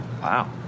Wow